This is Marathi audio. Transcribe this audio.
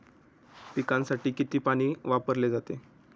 पिकांसाठी किती पाणी वापरले जाते?